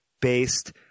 based